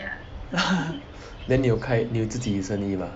then 你有开你有自己的生意 mah